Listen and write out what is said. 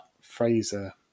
Fraser